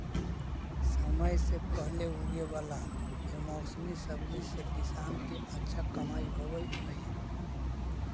समय से पहले उगे वाला बेमौसमी सब्जि से किसान के अच्छा कमाई होवऽ हइ